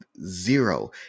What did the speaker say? zero